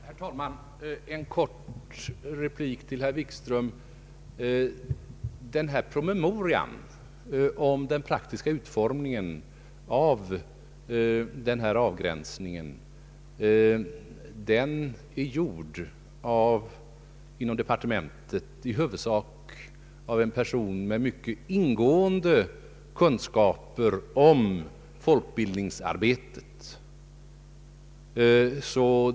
Herr talman! En kort replik till herr Wikström! Promemorian om den praktiska utformningen av ifrågavarande avgränsning är skriven inom departementet huvudsakligen av en person med mycket ingående kunskaper om folkbildningsarbetet.